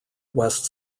west